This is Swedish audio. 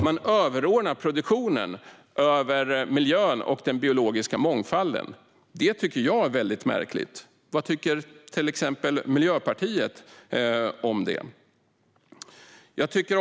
Man överordnar alltså produktionen i förhållande till miljön och den biologiska mångfalden. Det tycker jag är väldigt märkligt. Vad tycker till exempel Miljöpartiet om det? Herr talman!